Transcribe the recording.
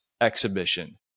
Exhibition